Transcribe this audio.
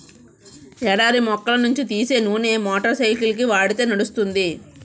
ఎడారి మొక్కల నుంచి తీసే నూనె మోటార్ సైకిల్కి వాడితే నడుస్తుంది